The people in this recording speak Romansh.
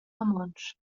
romontsch